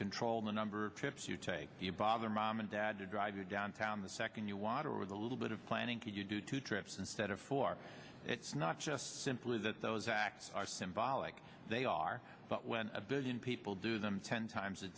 control the number of trips you take you bother mom and dad to drive you downtown the second you want or with a little bit of planning to do two trips instead of four it's not just simply that those acts are symbolic they are but when a billion people do them ten times a